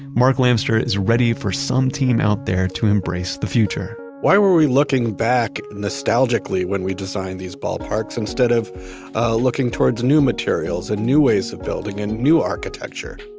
mark lamster is ready for some team out there to embrace the future why were we looking back nostalgically when we designed these ballparks instead of looking towards new materials and new ways of building and new architecture